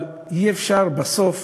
אבל אי-אפשר בסוף